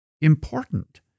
important